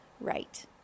right